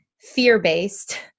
fear-based